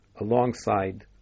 alongside